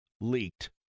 leaked